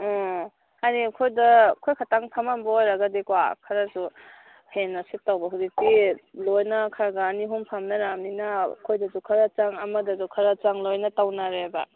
ꯑꯥ ꯍꯥꯏꯗꯤ ꯑꯩꯈꯣꯏꯗ ꯑꯩꯈꯣꯏ ꯈꯛꯇꯪ ꯐꯝꯂꯝꯕ ꯑꯣꯏꯔꯒꯗꯤꯀꯣ ꯈꯔꯁꯨ ꯍꯦꯟꯅ ꯁꯤꯠꯇꯧꯕ ꯍꯧꯖꯤꯛꯇꯤ ꯂꯣꯏꯅ ꯈꯔ ꯈꯔ ꯑꯅꯤ ꯑꯍꯨꯝ ꯐꯝꯅꯔꯛꯂꯕꯅꯤꯅ ꯑꯩꯈꯣꯏꯗꯁꯨ ꯈꯔ ꯆꯪ ꯑꯃꯗꯁꯨ ꯈꯔ ꯆꯪ ꯂꯣꯏꯅ ꯇꯧꯅꯔꯦꯕ